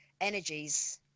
energies